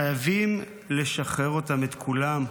חייבים לשחרר אותם, את כולם.